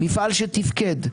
מפעל שתפקד,